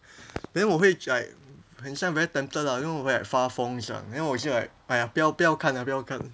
then 我会 like 很像 very tempted ah 我会发疯这样 then 我就 like !aiya! 不要不要看啦不要看